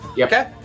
Okay